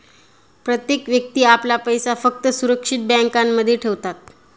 प्रत्येक व्यक्ती आपला पैसा फक्त सुरक्षित बँकांमध्ये ठेवतात